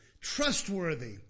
Trustworthy